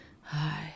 hi